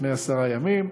לפני עשרה ימים.